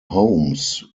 homes